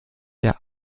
der